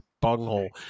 bunghole